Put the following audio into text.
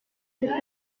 cette